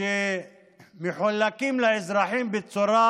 שמחולקים לאזרחים בצורה